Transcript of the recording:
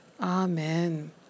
Amen